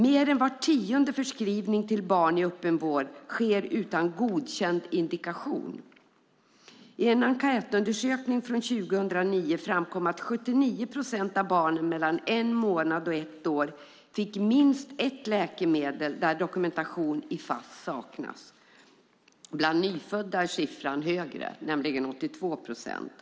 Mer än var tionde förskrivning till barn i öppenvården sker utan godkänd indikation. I en enkätundersökning från 2009 framkom att 79 procent av barnen mellan en månad och ett år fick minst ett läkemedel där dokumentation i Fass saknades. Bland nyfödda är siffran högre, nämligen 82 procent.